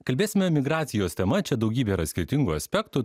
kalbėsime migracijos tema čia daugybė yra skirtingų aspektų